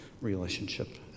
relationship